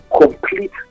complete